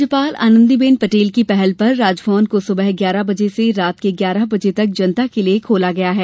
राज्यपाल आनन्दीबेन पटेल की पहल पर राजभवन को सुबह ग्यारह बजे से रात के ग्यारह बजे तक जनता के लिए खोला गया है